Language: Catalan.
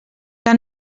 que